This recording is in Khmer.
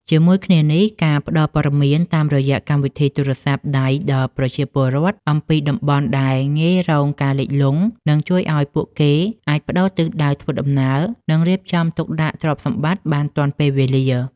ជាមួយគ្នានេះ ការផ្តល់ព័ត៌មានតាមរយៈកម្មវិធីទូរស័ព្ទដៃដល់ប្រជាពលរដ្ឋអំពីតំបន់ដែលងាយរងការលិចលង់ នឹងជួយឱ្យពួកគេអាចប្តូរទិសដៅធ្វើដំណើរ និងរៀបចំទុកដាក់ទ្រព្យសម្បត្តិបានទាន់ពេលវេលា។